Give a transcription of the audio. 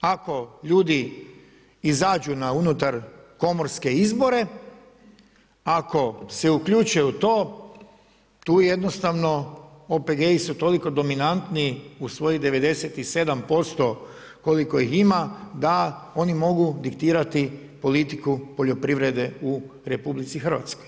Ako ljudi izađu na unutar komorske izbore, ako se uključe u to, tu jednostavno OPG-i su toliko dominantni u svojih 97% koliko ih ima da oni mogu diktirati politiku poljoprivrede u RH.